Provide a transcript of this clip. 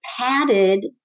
padded